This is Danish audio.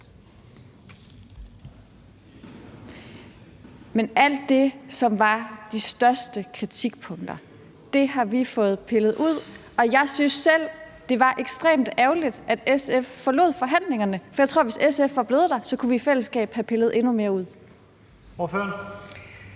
Men alt det, som var de største kritikpunkter, har vi fået pillet ud. Og jeg synes selv, at det var ekstremt ærgerligt, at SF forlod forhandlingerne, for jeg tror, at hvis SF var blevet der, kunne vi i fællesskab have pillet endnu mere ud. Kl.